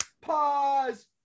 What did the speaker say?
Pause